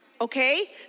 Okay